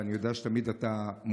ואני יודע שתמיד אתה מוצלח.